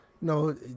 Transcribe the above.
No